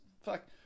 fuck